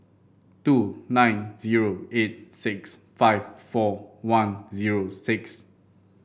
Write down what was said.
two nine zero eight six five four one zero six